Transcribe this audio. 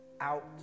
out